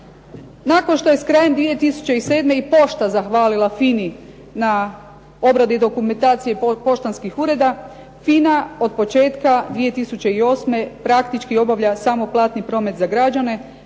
Nakon što je s krajem 2007. i pošta zahvalila FINA-i na obradi dokumentacije poštanskih ureda FINA od početka 2008. praktički obavlja samo platni promet za građane